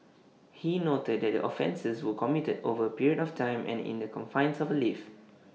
he noted that the offences were committed over A period of time and in the confines of A lift